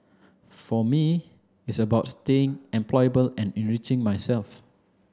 for me it's about staying employable and enriching myself